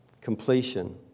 completion